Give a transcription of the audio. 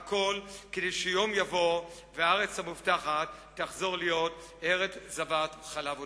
הכול כדי שיום יבוא והארץ המובטחת תחזור להיות ארץ זבת חלב ודבש.